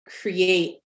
create